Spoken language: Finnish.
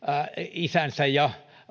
isänsä ja